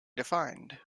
defined